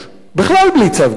בכלל בלי צו גירוש.